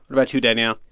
about you, danielle?